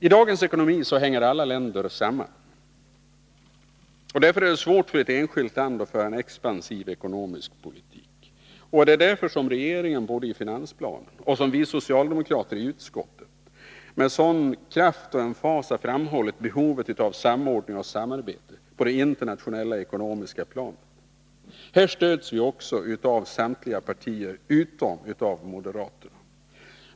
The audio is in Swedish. I dagens ekonomi hänger alla länder samman, och därför är det svårt för ett enskilt land att föra en expansiv ekonomisk politik. Det är därför som både regeringen i finansplanen och vi socialdemokrater i utskottet med sådan kraft och emfas framhållit behovet av samordning och samarbete på det internationella ekonomiska planet. Här stöds vi också av samtliga partier utom av moderaterna.